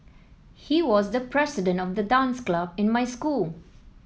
he was the president of the dance club in my school